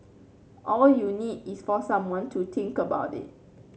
all you need is for someone to think about it